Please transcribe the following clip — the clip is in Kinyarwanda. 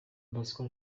bosco